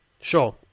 sure